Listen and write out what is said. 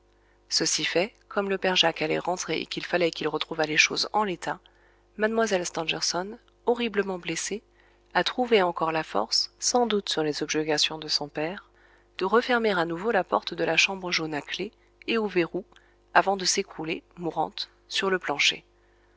ceci fait comme le père jacques allait rentrer et qu'il fallait qu'il retrouvât les choses en l'état mlle stangerson horriblement blessée a trouvé encore la force sans doute sur les objurgations de son père de refermer à nouveau la porte de la chambre jaune à clef et au verrou avant de s'écrouler mourante sur le plancher